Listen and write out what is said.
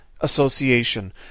association